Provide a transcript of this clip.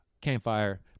Campfire